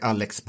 Alex